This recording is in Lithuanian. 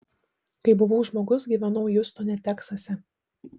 kai buvau žmogus gyvenau hjustone teksase